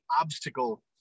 obstacle